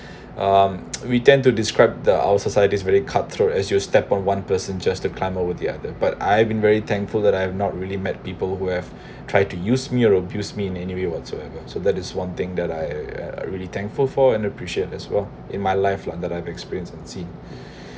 um we tend to describe the our society is very cut throat as you step on one person just to climb over the other but I've been very thankful that I have not really met people who have tried to use me or abuse me in any way whatsoever so that is one thing that I really thankful for and appreciate as well in my life rather than I've experience and see